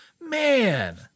Man